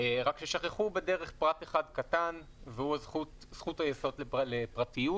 רק ששכחו בדרך פרט אחד קטן והוא זכות היסוד לפרטיות.